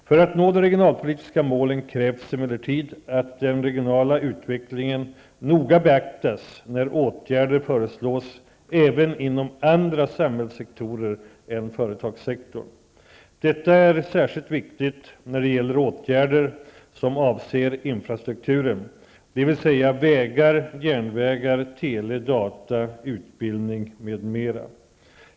För att nå de regionalpolitiska målen krävs emellertid att den regionala utvecklingen noga beaktas när åtgärder föreslås även inom andra samhällssektorer än företagssektorn. Detta är särskilt viktigt när det gäller åtgärder som avser infrastrukturen, dvs. vägar, järnvägar, tele/data, utbildning m.m.